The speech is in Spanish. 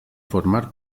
formar